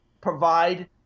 provide